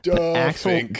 Axel